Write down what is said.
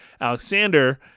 Alexander